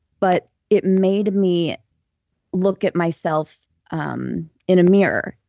but it made me look at myself um in a mirror.